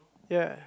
ya